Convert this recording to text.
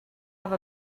have